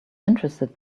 interested